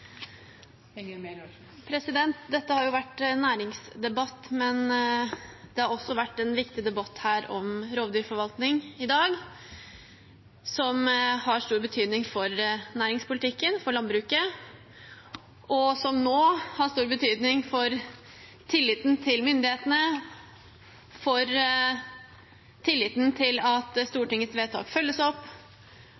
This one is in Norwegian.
Dette har vært en næringsdebatt, men det har i dag også vært en viktig debatt om rovdyrforvaltning, som har stor betydning for næringspolitikken, for landbruket, og som nå har stor betydning for tilliten til myndighetene, for tilliten til at